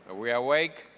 ah we awake